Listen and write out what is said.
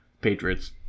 Patriots